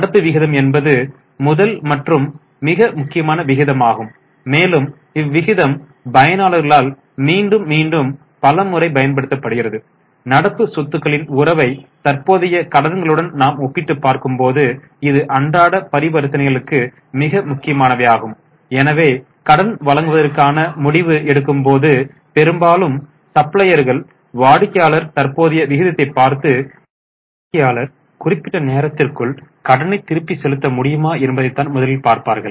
நடப்பு விகிதம் என்பது முதல் மற்றும் மிக முக்கியமான விகிதமாகும் மேலும் இவ் விகிதம் பயனர்களால் மீண்டும் மீண்டும் பல முறை பயன்படுத்தப்படுகிறது நடப்பு சொத்துக்களின் உறவை தற்போதைய கடன்களுடன் நாம் ஒப்பிட்டு பார்க்கும் போது இது அன்றாட பரிவர்த்தனைகளுக்கு மிக முக்கியமானவையாகும் எனவே கடன் வழங்குவதற்கான முடிவு எடுக்கும் போது பெரும்பாலும் சப்ளையர்கள் வாடிக்கையாளர் தற்போதைய விகிதத்தைப் பார்த்து வாடிக்கையாளர் குறிப்பிட்ட நேரத்திற்குள் கடனை திருப்பிச் செலுத்த முடியுமா என்பதைத் தான் முதலில் பார்ப்பார்கள்